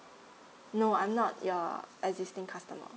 no I'm not your existing customer